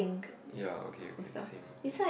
ya okay okay same same